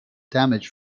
damage